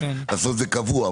לעשות את זה קבוע.